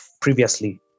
previously